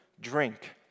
drink